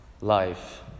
life